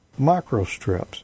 microstrips